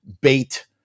bait